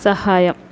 സഹായം